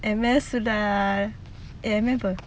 M_L sudah eh M_L